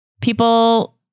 people